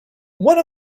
one